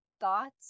thoughts